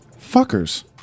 Fuckers